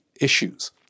issues